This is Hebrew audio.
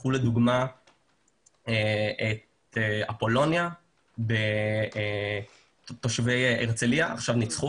קחו לדוגמה את אפולוניה כאשר תושבי הרצליה ניצחו